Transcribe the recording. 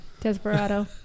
Desperado